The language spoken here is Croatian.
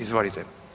Izvolite.